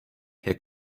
herr